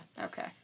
Okay